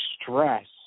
stress